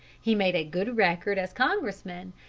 he made a good record as congressman,